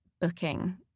booking